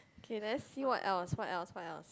kay let's see what else what else what else